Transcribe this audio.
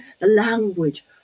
language